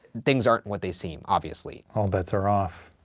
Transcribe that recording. things aren't what they seem, obviously. all bets are off.